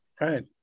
Right